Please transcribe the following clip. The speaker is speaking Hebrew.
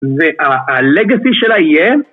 וה- legacy שלה יהיה